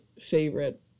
favorite